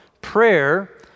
Prayer